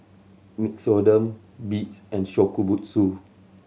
Nixoderm Beats and Shokubutsu